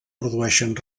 produeixen